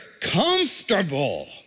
comfortable